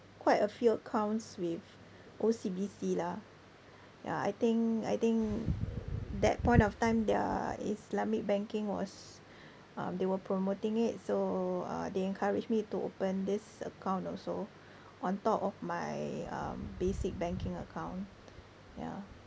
quite a few accounts with O_C_B_C lah ya I think I think that point of time their islamic banking was um they were promoting it so uh they encourage me to open this account also on top of my um basic banking account ya